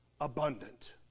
abundant